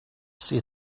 see